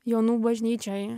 jonų bažnyčioj